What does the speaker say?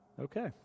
Okay